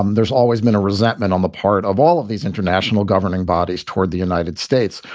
um there's always been a resentment on the part of all of these international governing bodies toward the united states.